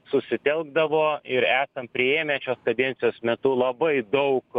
susitelkdavo ir esam priėmę šios kadencijos metu labai daug